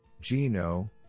Gino